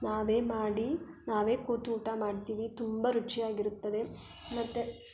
ನಾವೇ ಮಾಡಿ ನಾವೇ ಕೂತು ಊಟ ಮಾಡ್ತೀವಿ ತುಂಬ ರುಚಿ ಆಗಿರುತ್ತದೆ ಮತ್ತು